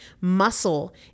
Muscle